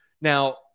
Now